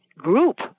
group